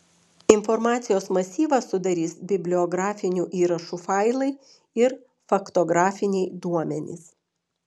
informacijos masyvą sudarys bibliografinių įrašų failai ir faktografiniai duomenys